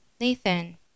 Nathan